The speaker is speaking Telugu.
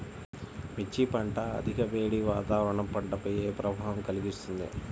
మిర్చి పంట అధిక వేడి వాతావరణం పంటపై ఏ ప్రభావం కలిగిస్తుంది?